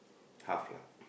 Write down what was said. tough lah